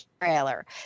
trailer